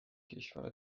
کشور